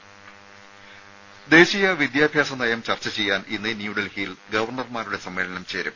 രുമ ദേശീയ വിദ്യാഭ്യാസ നയം ചർച്ച ചെയ്യാൻ ഇന്ന് ന്യൂഡൽഹിയിൽ ഗവർണർമാരുടെ സമ്മേളനം ചേരും